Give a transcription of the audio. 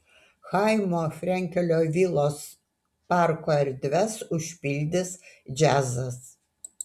chaimo frenkelio vilos parko erdves užpildys džiazas